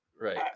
Right